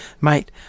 Mate